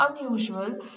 unusual